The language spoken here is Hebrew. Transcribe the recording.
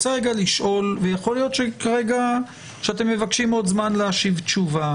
להיות שכרגע אתם מבקשים עוד זמן להשיב תשובה